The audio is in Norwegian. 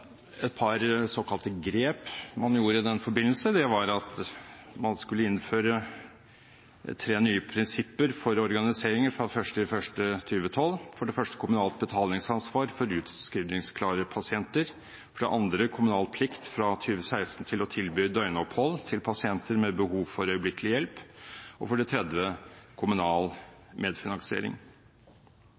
et par såkalte grep man gjorde i den forbindelse. Det var at man skulle innføre tre nye prinsipper for organisering fra 1. januar 2012: for det første kommunalt betalingsansvar for utskrivningsklare pasienter, for det andre kommunal plikt fra 2016 til å tilby døgnopphold til pasienter med behov for øyeblikkelig hjelp og for det tredje kommunal medfinansiering.